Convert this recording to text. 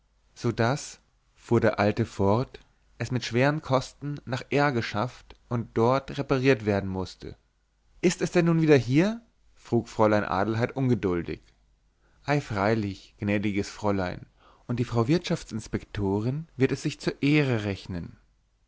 so daß fuhr der alte fort es mit schweren kosten nach r geschafft und dort repariert werden mußte ist es denn nun wieder hier frug fräulein adelheid ungeduldig ei freilich gnädiges fräulein und die frau wirtschaftsinspektorin wird es sich zur ehre rechnen